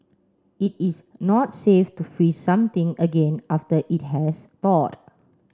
it is not safe to freeze something again after it has thawed